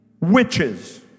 witches